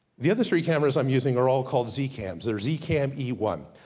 the other three camera's i'm using are all called z cam's. they're z cam e one.